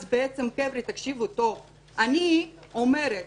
אז, חבר'ה, תקשיבו טוב: אני אומרת